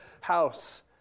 house